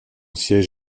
siège